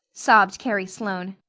sobbed carrie sloane.